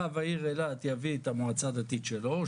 רב העיר אילת יביא את המועצה הדתית שלו,